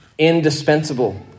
indispensable